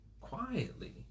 quietly